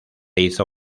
hizo